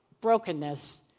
brokenness